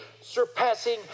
surpassing